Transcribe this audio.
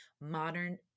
modern